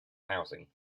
housing